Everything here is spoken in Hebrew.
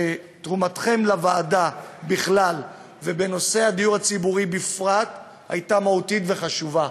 תרומתכם לוועדה בכלל ובנושא הדיור הציבורי בפרט הייתה מהותית וחשובה.